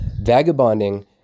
Vagabonding